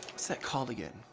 what's that called again?